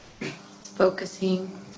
Focusing